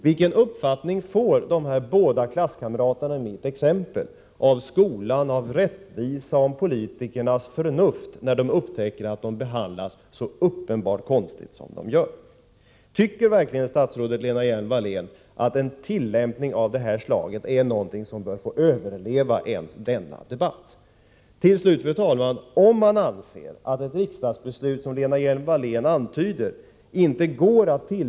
Vilken uppfattning får de här båda klasskamraterna i mitt exempel om skolan, om rättvisa och om politikernas förnuft, när de upptäcker att de behandlas så uppenbart konstigt som i detta fall? Tycker verkligen statsrådet Lena Hjelm-Wallén att en tillämpning av detta slag är någonting som bör få Nr 23 överleva ens denna debatt? Till slut, fru talman! O; täck iksdagsbesl fena OrGAE SR CAR Ti slut, såg alman! ] m Ren upp! Be er ett ril sdags es!